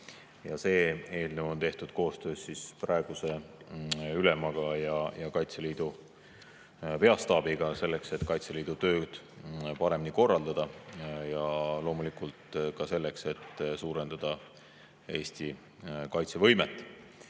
See eelnõu on tehtud koostöös praeguse ülemaga ja Kaitseliidu Peastaabiga selleks, et Kaitseliidu tööd paremini korraldada, ja loomulikult ka selleks, et suurendada Eesti kaitsevõimet. Räägin